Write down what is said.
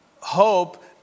hope